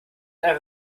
einer